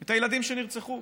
את הילדים שנרצחו.